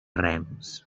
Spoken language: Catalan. rems